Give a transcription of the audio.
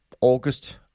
august